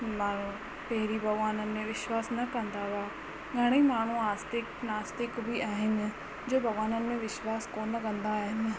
माण्हू पहिरीं भॻिवाननि में विश्वास न कंदा हुआ घणेई माण्हू आस्तिक नास्तिक बि आहिनि जो भॻिवानन में विश्वास कोन कंदा आहिनि